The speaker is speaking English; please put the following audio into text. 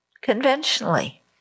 Conventionally